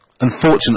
Unfortunately